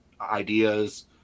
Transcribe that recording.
ideas